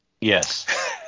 Yes